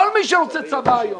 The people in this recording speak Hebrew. כל מי שרוצה צוואה היום.